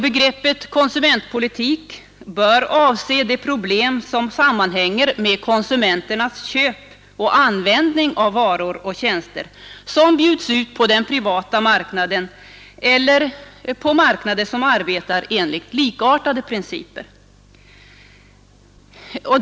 Begreppet konsumentpolitik bör avse de problem som sammanhänger med konsumenternas köp och användning av varor och tjänster, som bjuds ut på den privata marknaden eller på marknader som arbetar enligt likartade principer.